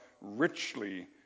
richly